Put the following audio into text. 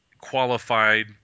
qualified